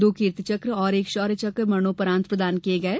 दो कीर्ति चक्र और एक शौर्य चक्र मरणोपरांत प्रदान किये गये